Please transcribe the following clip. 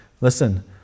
Listen